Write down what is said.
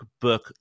book